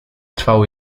trwało